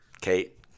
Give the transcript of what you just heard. Kate